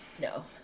No